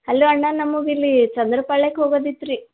hello ಅಣ್ಣ ನಮ್ಗೆ ಇಲ್ಲಿ ಚಂದ್ರಪಾಳ್ಯಕ್ಕೆ ಹೋಗೋದಿತ್ತು ರೀ